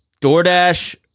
DoorDash